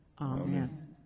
Amen